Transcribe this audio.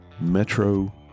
Metro